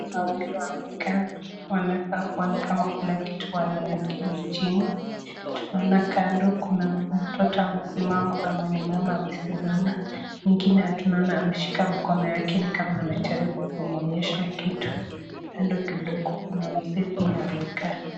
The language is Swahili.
Wanaume wawili wamekaa ni kama kuna kitu wananakili, chini tunaona kando kuna mtoto amesimama ama ni mama amesimama, mwingine tunaona ameshika mkono yake ni kama amejaribu kumwonyesha kitu, kando kuna mzee pia amekaa.